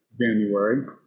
January